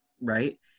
right